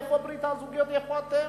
איפה ברית הזוגיות ואיפה אתם?